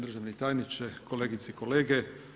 Državni tajniče, kolegice i kolege.